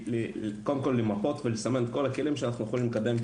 על מנת קודם כל למפות ולסמן את כל הכלים שאנחנו יכולים לקדם,